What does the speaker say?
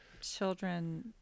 children